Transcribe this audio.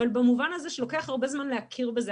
אבל במובן הזה שלוקח הרבה זמן להכיר בזה.